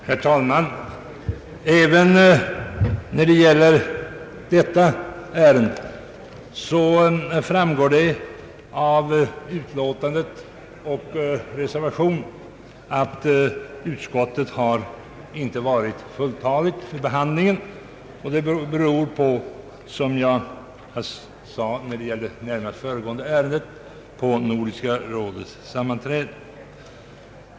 Herr talman! Även här framgår det av utlåtandet och reservationen att utskottet inte har varit fulltaligt vid behandiingen, vilket beror på Nordiska rådets sammanträde, som jag sade i anslutning till föregående ärende.